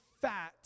fat